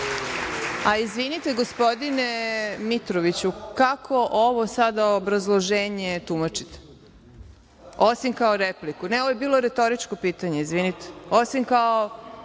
Izvinite gospodine Mitroviću. Kako ovo sada obrazloženje tumačite, osim kao repliku? Ovo je bilo retoričko pitanje. Izvinite. Osim kao